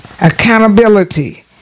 Accountability